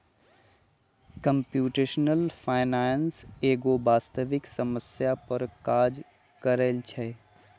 computational finance एगो वास्तविक समस्या पर काज करइ छै